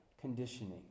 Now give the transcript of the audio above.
conditioning